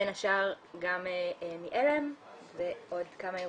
בין השאר מעל"ם ועוד כמה ארגונים.